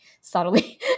subtly